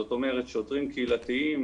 שוטרים קהילתיים.